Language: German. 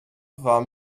war